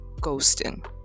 ghosting